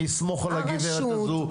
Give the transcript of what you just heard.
אני אסמוך על הגב' הזו,